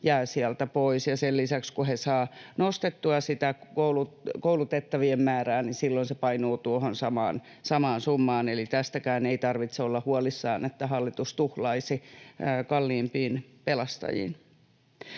jää sieltä pois. Sen lisäksi, kun he saavat nostettua sitä koulutettavien määrää, silloin se painuu tuohon samaan summaan. Eli tästäkään ei tarvitse olla huolissaan, että hallitus tuhlaisi kalliimpiin pelastajiin.